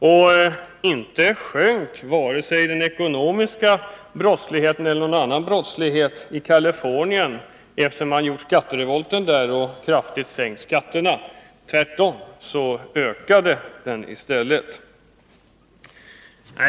Och inte sjönk vare sig den ekonomiska brottsligheten eller någon annan brottslighet i Kalifornien efter det att man genomfört skattereformen där och kraftigt sänkt skatterna! Tvärtom ökade brottsligheten.